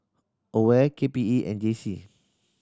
AWARE K P E and J C